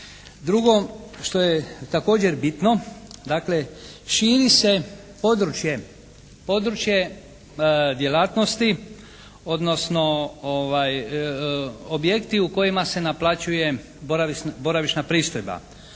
Drugo što je također bitno, dakle širi se područje djelatnosti odnosno objekti u kojima se naplaćuje boravišna pristojba.